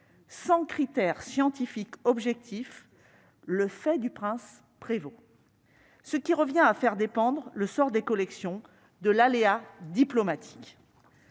Sans critère scientifique objectif, le fait du prince prévaut, ce qui revient à faire dépendre le sort des collections de l'aléa diplomatique.